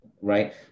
right